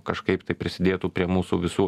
kažkaip tai prisidėtų prie mūsų visų